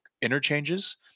interchanges